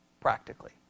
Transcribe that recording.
practically